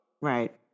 Right